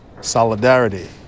Solidarity